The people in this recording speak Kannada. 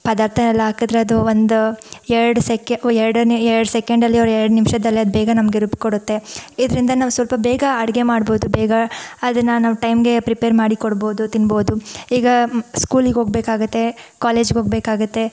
ಪದಾರ್ಥ ಎಲ್ಲ ಹಾಕಿದ್ರೆ ಅದು ಒಂದು ಎರಡು ಸೆಕೆ ಎರಡನೇ ಎರಡು ಸೆಕೆಂಡ್ ಎರಡು ನಿಮಿಷದಲ್ಲಿ ಅದು ಬೇಗ ನಮಗೆ ರುಬ್ಬಿ ಕೊಡುತ್ತೆ ಇದರಿಂದ ನಾವು ಸ್ವಲ್ಪ ಬೇಗ ಅಡಿಗೆ ಮಾಡ್ಬೋದು ಬೇಗ ಅದನ್ನು ನಾವು ಟೈಮ್ಗೆ ಪ್ರಿಪೇರ್ ಮಾಡಿ ಕೊಡ್ಬೋದು ತಿನ್ಬೋದು ಈಗ ಸ್ಕೂಲಿಗೆ ಹೋಗಬೇಕಾಗತ್ತೆ ಕಾಲೇಜ್ಗೆ ಹೋಗಬೇಕಾಗತ್ತೆ